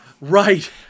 Right